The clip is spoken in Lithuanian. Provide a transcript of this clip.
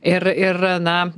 ir ir na